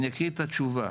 אני אקריא את התשובה,